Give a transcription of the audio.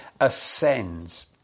ascends